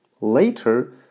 Later